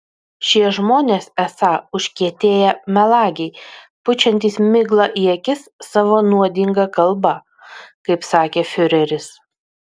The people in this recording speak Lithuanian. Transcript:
šie žmonės esą užkietėję melagiai pučiantys miglą į akis savo nuodinga kalba kaip sakė fiureris